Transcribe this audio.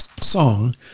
song